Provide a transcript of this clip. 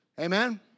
Amen